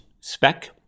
spec